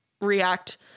react